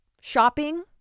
shopping